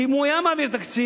כי אם הוא היה מעביר תקציב,